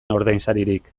ordainsaririk